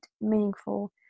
meaningful